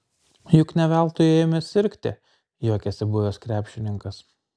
juk ne veltui ėjome sirgti juokėsi buvęs krepšininkas